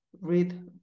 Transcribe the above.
read